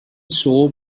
soap